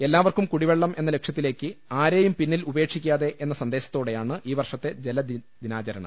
എല്ലാ വർക്കും കുടിവെള്ളം എന്ന ലക്ഷ്യത്തിലേക്ക് ആരേയും പിന്നിൽ ഉപേക്ഷിക്കാതെ എന്ന സന്ദേശത്തോടെയാണ് ഈ വർഷത്തെ ജലദിനാചരണം